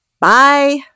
Bye